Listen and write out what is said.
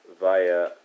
via